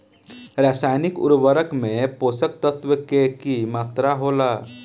रसायनिक उर्वरक में पोषक तत्व के की मात्रा होला?